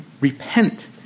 repent